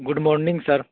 good morning sir